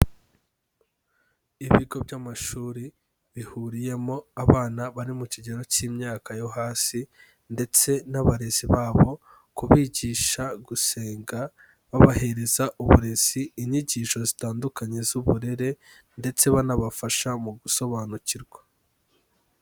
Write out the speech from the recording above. Ibigo by'amashuri bihuriyemo abana bari mu kigero cy'imyaka yo hasi ndetse n'abarezi babo, kubigisha gusenga babahereza uburezi inyigisho zitandukanye z'uburere ndetse banabafasha mu gusobanukirwa.